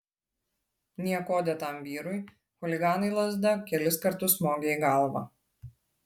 niekuo dėtam vyrui chuliganai lazda kelis kartus smogė į galvą